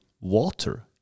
water